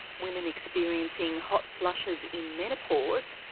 women experiencing hot flushes in menopause,